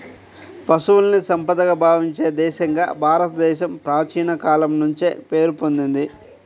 పశువుల్ని సంపదగా భావించే దేశంగా భారతదేశం ప్రాచీన కాలం నుంచే పేరు పొందింది